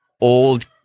old